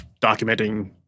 documenting